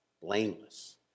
blameless